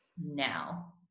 Now